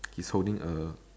he's holding a